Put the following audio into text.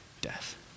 death